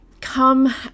come